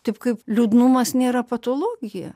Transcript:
taip kaip liūdnumas nėra patologija